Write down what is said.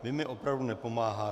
Vy mi opravdu nepomáháte.